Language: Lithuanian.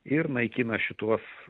ir naikina šituos